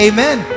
Amen